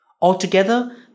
Altogether